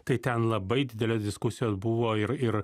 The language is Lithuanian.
tai ten labai didelės diskusijos buvo ir ir